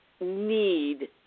need